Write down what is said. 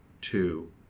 two